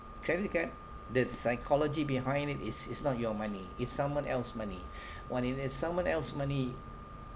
credit card that psychology behind it is it's not your money it's someone else money when it is someone else money